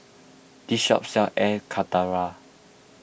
this shop sells Air Karthira